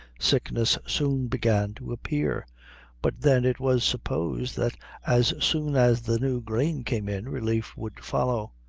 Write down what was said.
sickness soon began to appear but then it was supposed that as soon as the new grain came in, relief would follow.